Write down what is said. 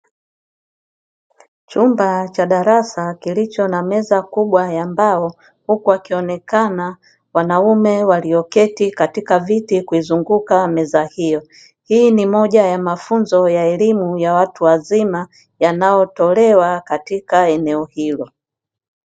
Chumba cha darasa kilicho na meza kubwa ya mbao, huku wakionekana wanaume walioketi katika viti kuizunguka meza hio .Hii ni moja ya mafunzo ya elimu ya watu wazima yanayotolewa katika eneo hilo.